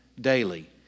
daily